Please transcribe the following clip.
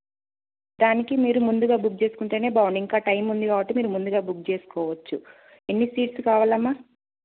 దానికి మీరు ముందుగా బుక్ చేసుకుంటేనే బాగుండు ఇంకా టైమ్ ఉంది కాబట్టి మీరు ముందుగా బుక్ చేసుకోవచ్చు ఎన్ని సీట్స్ కావాలమ్మా